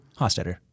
Hostetter